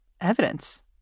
evidence